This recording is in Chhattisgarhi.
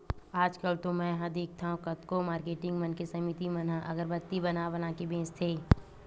आजकल तो मेंहा देखथँव कतको मारकेटिंग मन के समिति मन ह अगरबत्ती बना बना के बेंचथे